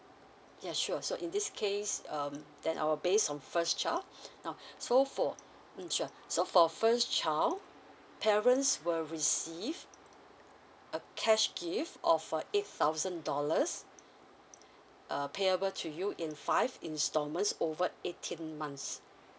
yes sure so in this case um then I will base on first child now so for mm sure so for first child parents will receive a cash gift of uh eight thousand dollars uh payable to you in five installments over eighteen months